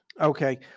Okay